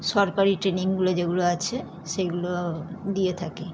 সরকারি ট্রেনিংগুলো যেগুলো আছে সেগুলো দিয়ে থাকি